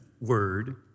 word